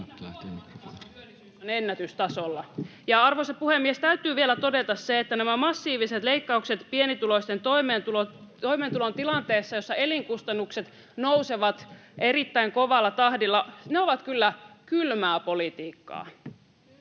Arvoisa puhemies! Täytyy vielä todeta, että nämä massiiviset leikkaukset pienituloisten toimeentuloon tilanteessa, jossa elinkustannukset nousevat erittäin kovalla tahdilla, ovat kyllä kylmää politiikkaa.